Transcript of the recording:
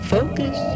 Focus